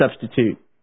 substitute